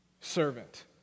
servant